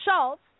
Schultz